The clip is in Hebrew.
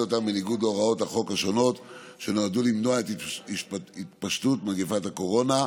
בניגוד להוראות החוק השונות שנועדו למנוע את התפשטות מגפת הקורונה,